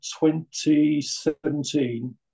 2017